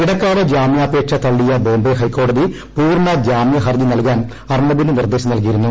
ഇടക്കാല ജാമ്യാപേക്ഷ തള്ളിയ ബോംബെ ഹൈക്കോടതി പൂർണ ജാമ്യ ഹർജി നൽകാൻ അർണബിന് നിർദ്ദേശം നൽകിയിരുന്നു